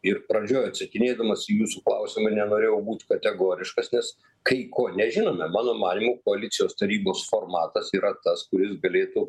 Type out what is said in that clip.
ir pradžioj atsakinėdamas į jūsų klausimą nenorėjau būt kategoriškas nes kai ko nežinome mano manymu koalicijos tarybos formatas yra tas kuris galėtų